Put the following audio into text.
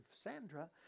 Sandra